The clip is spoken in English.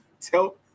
tell